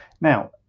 now